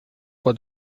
for